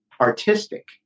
artistic